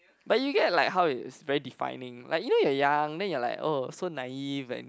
but you get like how it's very defining like you know you're young then you're like oh so naive and